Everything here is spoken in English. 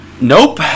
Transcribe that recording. nope